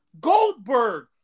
Goldberg